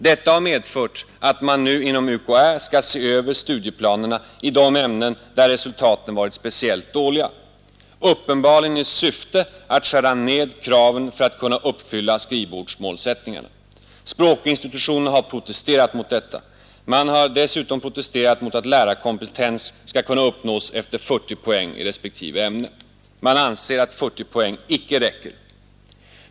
Detta har medfört att man nu inom UK skall se över studieplanerna i de ämnen där resultaten varit speciellt dåliga, uppenbarligen i syfte att skära ned kraven för att kunna uppfylla skrivbordsmålsättningarna. Språkinsti tutionerna har protesterat mot detta. Man har dessutom protesterat mot att lärarkompetens skall kunna uppnås efter 40 poäng i respektive ämne. Man anser att 40 poäng icke räcker.